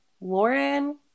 Lauren